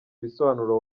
bisobanuro